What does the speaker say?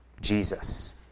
Jesus